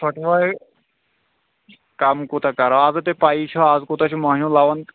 پھٹوے کم کوتاہ کرو آزے تۄہہِ پیی چھو آز کوٗتاہ چھُ مۄہنیو لوان